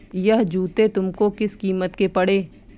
यह जूते तुमको किस कीमत के पड़े?